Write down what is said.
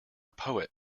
poet